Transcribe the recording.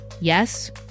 Yes